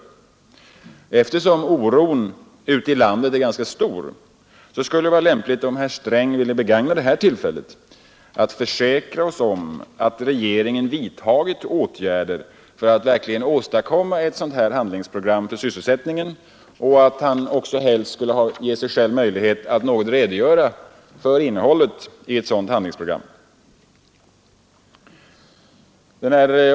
Eftersom oron ute i landet är ganska stor skulle det vara lämpligt om herr Sträng ville begagna det här tillfället för att försäkra oss om att regeringen vidtagit åtgärder för att åstadkomma ett sådant handlingsprogram för sysselsättningen och att han helst också skulle ge sig själv en möjlighet att något redogöra för innehållet i ett sådant handlingsprogram.